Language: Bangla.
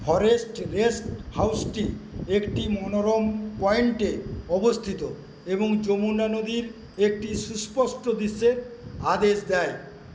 ফরেস্ট রেস্ট হাউজটি একটি মনোরম পয়েন্টে অবস্থিত এবং যমুনা নদীর একটি সুস্পষ্ট দৃশ্যের আদেশ দেয়